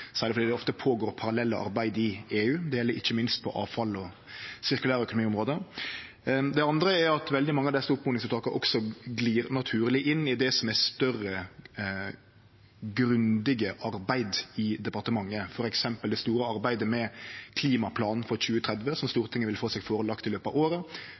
det ofte går føre seg parallelle arbeid i EU. Det gjeld ikkje minst på avfallsområdet og sirkulær økonomi-området. Det andre er at veldig mange av desse oppmodingsvedtaka også glir naturleg inn i det som er større, grundige arbeid i departementet, f.eks. det store arbeidet med klimaplanen for 2030, som Stortinget vil få lagt fram for seg i løpet av året,